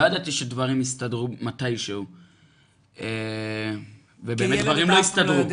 לא ידעתי שדברים יסתדרו מתי שהוא ובאמת דברים לא הסדרו,